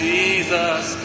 Jesus